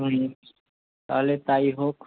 হুম তাহলে তাই হোক